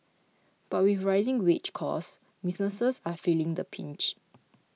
but with rising wage costs businesses are feeling the pinch